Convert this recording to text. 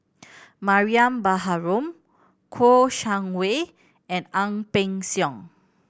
Mariam Baharom Kouo Shang Wei and Ang Peng Siong